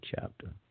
chapter